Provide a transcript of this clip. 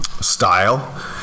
style